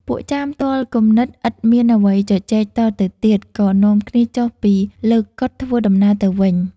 ពួកចាមទាល់គំនិតឥតមានអ្វីជជែកតទៅទៀត ក៏នាំគ្នាចុះពីលើកុដិធ្វើដំណើរទៅវិញ។